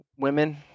Women